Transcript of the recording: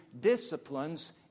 disciplines